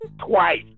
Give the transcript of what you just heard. Twice